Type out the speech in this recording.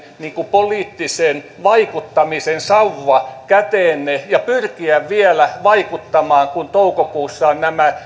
poliittisen vaikuttamisen sauva käteenne ja pyrkiä vielä vaikuttamaan kun toukokuussa ovat nämä